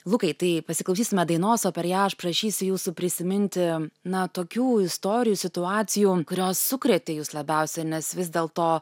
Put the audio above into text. lukai tai pasiklausysime dainos o per ją aš prašysiu jūsų prisiminti na tokių istorijų situacijų kurios sukrėtė jus labiausia nes vis dėl to